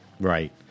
Right